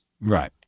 Right